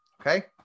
Okay